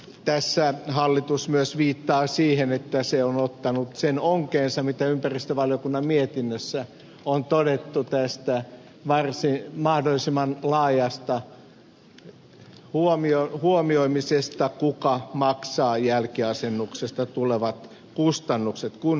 tässä hallitus myös viittaa siihen että se on ottanut onkeensa sen mitä ympäristövaliokunnan mietinnössä on todettu tästä mahdollisimman laajasta huomioimisesta kuka maksaa jälkiasennuksesta tulevat kustannukset kun hissejä jälkiasennetaan